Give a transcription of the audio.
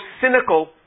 cynical